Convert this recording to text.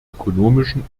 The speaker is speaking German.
ökonomischen